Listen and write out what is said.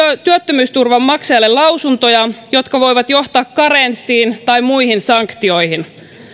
työttömyysturvan maksajalle lausuntoja jotka voivat johtaa karenssiin tai muihin sanktioihin